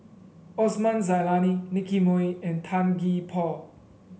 Osman Zailani Nicky Moey and Tan Gee Paw